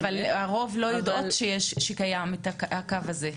--- אבל הרוב לא יודעות שהקו הזה קיים,